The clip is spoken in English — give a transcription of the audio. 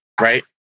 right